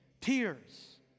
tears